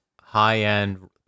high-end